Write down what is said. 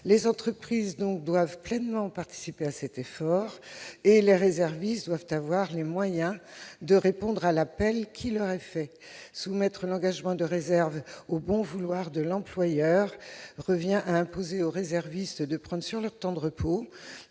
Les entreprises doivent donc pleinement participer à cet effort, et les réservistes doivent avoir les moyens de répondre à l'appel qui leur est adressé. Soumettre l'engagement de réserve au bon vouloir de l'employeur revient à imposer aux réservistes de prendre sur leur temps de repos